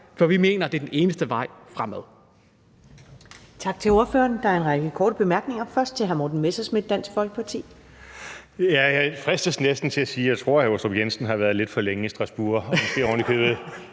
for vi mener, det er den eneste vej fremad.